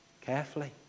Carefully